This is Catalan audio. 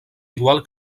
igual